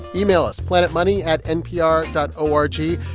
email us planetmoney at npr dot o r g.